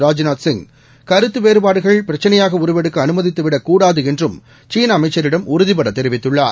ராஜ்நாத் சிங் கருத்து வேறுபாடுகள் பிரச்சினையாக உருவெடுக்க அனுமதித்துவிடக் கூடாது என்றும் சீன அமைச்சரிடம் உறுதிடட தெரிவித்துள்ளார்